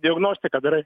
diagnostiką darai